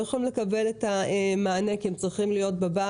כבר לא יכולים לקבל את המענה כי הם צריכים להיות בבית.